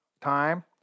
time